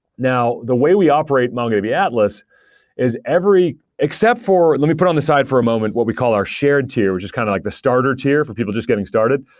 now, the way we operate mongodb atlas is every except for, let me put on the side for a moment what we call our shared tier, which is kind of like the starter tier for people just getting started.